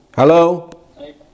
Hello